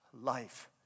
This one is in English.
life